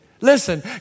Listen